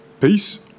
Peace